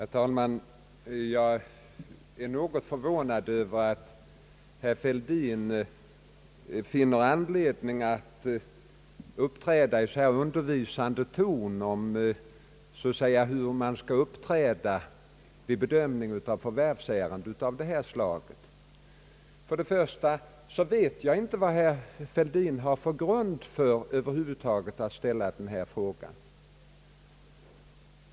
Herr talman! Jag är något förvånad över att herr Fälldin finner anledning att uppträda i så här undervisande ton och så att säga ange, hur man skall uppträda vid bedömning av förvärvsärenden av ifrågavarande slag. Först och främst vet jag inte vad herr Fälldin har för grund för att över huvud taget ställa denna fråga.